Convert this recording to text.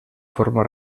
forma